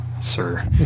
sir